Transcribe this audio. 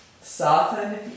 soften